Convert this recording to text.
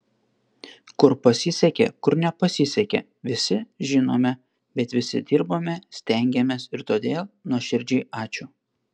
kur pasisekė kur nepasisekė visi žinome bet visi dirbome stengėmės ir todėl nuoširdžiai ačiū